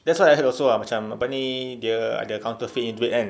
that's what I heard also ah macam apa ni dia ada counterfeit nya duit kan